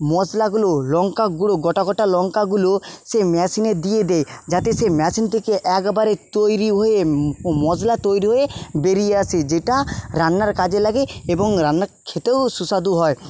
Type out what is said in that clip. মশলাগুলো লঙ্কা গুঁড়ো গোটা গোটা লঙ্কাগুলো সেই মেশিনে দিয়ে দেয় যাতে সেই মেশিন থেকে একবারে তৈরি হয়ে মশলা তৈরি হয়ে বেরিয়ে আসি যেটা রান্নার কাজে লাগে এবং রান্না খেতেও সুস্বাদু হয়